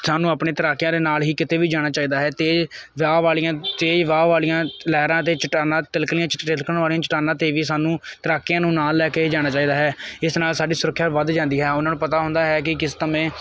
ਸਾਨੂੰ ਆਪਣੀ ਤੈਰਾਕੀਆਂ ਦੇ ਨਾਲ ਹੀ ਕਿਤੇ ਵੀ ਜਾਣਾ ਚਾਹੀਦਾ ਹੈ ਤੇਜ ਵਹਾਅ ਵਾਲੀਆਂ ਤੇਜ਼ ਵਾਹ ਵਾਲੀਆਂ ਲਹਿਰਾਂ ਤੇ ਚਟਾਨਾ ਤਿਲਕਣੀਆਂ ਚ ਤਿਲਕਣ ਵਾਲੀਆਂ ਚਟਾਨਾਂ ਤੇ ਵੀ ਸਾਨੂੰ ਤੈਰਾਕੀਆਂ ਨੂੰ ਨਾਲ ਲੈ ਕੇ ਹੀ ਜਾਣਾ ਚਾਹੀਦਾ ਹੈ ਇਸ ਨਾਲ ਸਾਡੀ ਸੁਰੱਖਿਆ ਵੱਧ ਜਾਂਦੀ ਹੈ ਉਹਨਾਂ ਨੂੰ ਪਤਾ ਹੁੰਦਾ ਹੈ ਕਿ ਕਿਸ ਸਮੇਂ